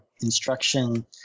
instruction